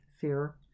fear